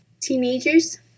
teenagers